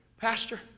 Pastor